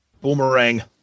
Boomerang